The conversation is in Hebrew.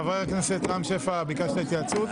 חבר הכנסת רם שפע, ביקשת התייעצות.